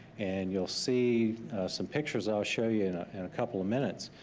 and you'll see some pictures i'll show you in ah and a couple of minutes.